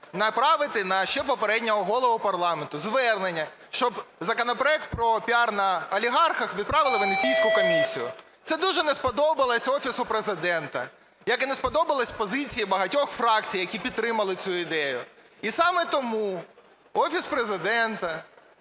направити на ще попереднього голову парламенту звернення, щоб законопроект про піар на олігархах відправили у Венеційську комісію. Це дуже не сподобалося Офісу Президента, як і не сподобалася позиція багатьох фракцій, які підтримали цю ідею. І саме тому Офіс Президента